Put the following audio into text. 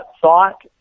thought